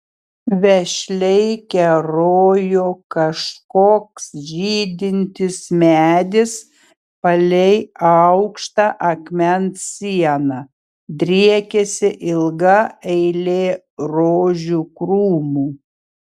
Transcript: vešliai kerojo kažkoks žydintis medis palei aukštą akmens sieną driekėsi ilga eilė rožių krūmų